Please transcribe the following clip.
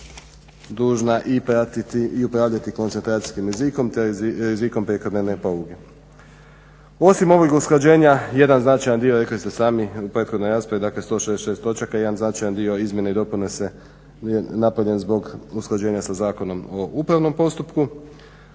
pratiti i upravljati koncentracijskim rizikom te rizikom prekomjerne poluge. Osim ovih usklađenja jedan značajan dio rekli ste sami u prethodnoj raspravi dakle 166 točaka, jedan značajan dio izmjene i dopune se napravljen zbog usklađenja sa Zakonom o upravnom postupku,